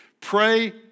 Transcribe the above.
Pray